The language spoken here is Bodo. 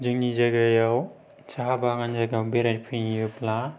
जोंनि जायगायाव साहा बागान जायगायाव बेरायफैयोब्ला